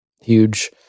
huge